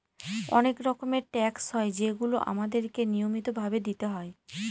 অনেক রকমের ট্যাক্স হয় যেগুলো আমাদেরকে নিয়মিত ভাবে দিতে হয়